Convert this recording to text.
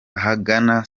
ahagana